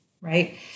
right